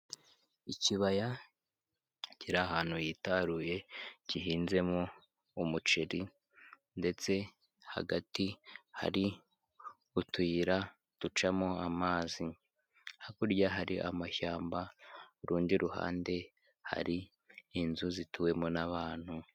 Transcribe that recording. Ikibaya kiri ahantu hitaruye gihinzemo umuceri, ndetse hagati hari utuyira ducamo amazi, hakurya hari amashyamba, ku rundi ruhande hari inzu zituwemo n'abantu.